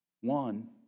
one